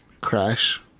crash